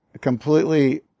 completely